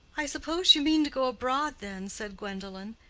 i suppose you mean to go abroad, then? said gwendolen.